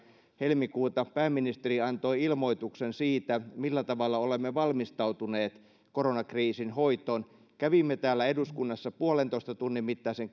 helmikuuta pääministeri antoi ilmoituksen siitä millä tavalla olemme valmistautuneet koronakriisin hoitoon kävimme täällä eduskunnassa puolentoista tunnin mittaisen